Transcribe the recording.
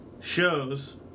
shows